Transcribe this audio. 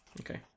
Okay